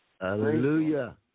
Hallelujah